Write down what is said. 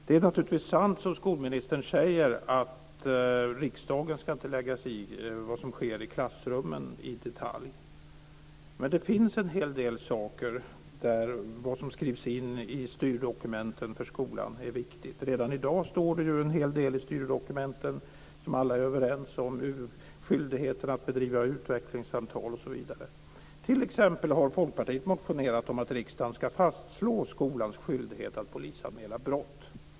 Det är naturligtvis sant som skolministern säger, att riksdagen inte i detalj ska lägga sig i vad som sker i klassrummen. Men det finns en hel del av det som skrivs in i styrdokumenten för skolan som är viktigt. Redan i dag står det ju en hel del i styrdokumenten som alla är överens om, skyldigheten att bedriva utvecklingssamtal osv. Folkpartiet har t.ex. motionerat om att riksdagen ska fastslå skolans skyldighet att polisanmäla brott.